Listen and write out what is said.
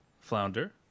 Flounder